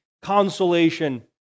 Consolation